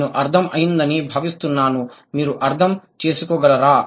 నేను అర్థం అయిందని భావిస్తున్నాను మీరు అర్థం చేసుకోగలరా